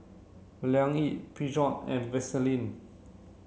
Liang Yi Peugeot and Vaseline